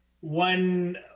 one